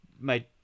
made